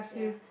yeah